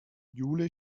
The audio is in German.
jule